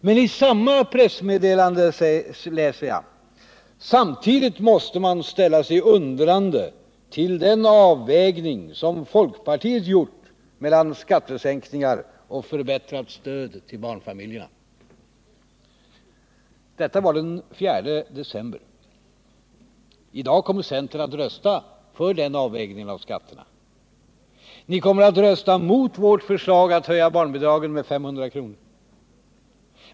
Men i samma pressmeddelande läser jag: ”Samtidigt måste man ställa sig undrande till den avvägning som folkpartiet gjort mellan skattesänkningar och förbättrat stöd till barnfamiljerna.” Detta var den 4 december. I dag kommer centern att rösta för den avvägningen av skatterna. Ni kommer att rösta mot vårt förslag att höja barnbidraget med 500 kr.